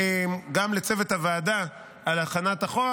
גם לצוות הוועדה על הכנת החוק,